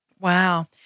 Wow